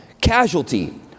casualty